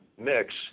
mix